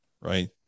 Right